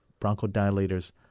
bronchodilators